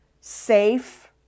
safe